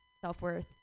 self-worth